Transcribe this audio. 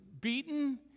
beaten